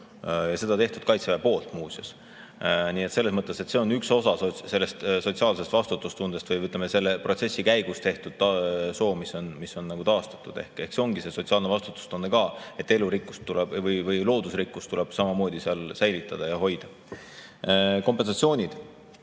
seda on teinud muuseas Kaitsevägi. Nii et selles mõttes see on üks osa sotsiaalsest vastutustundest. Või ütleme, selle protsessi käigus tehtud soo, mis on taastatud. See ongi see sotsiaalne vastutustunne ka, et elurikkust või loodusrikkust tuleb samamoodi seal säilitada ja hoida. Kompensatsioonid.